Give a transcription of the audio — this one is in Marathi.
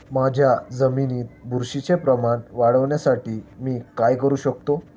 माझ्या जमिनीत बुरशीचे प्रमाण वाढवण्यासाठी मी काय करू शकतो?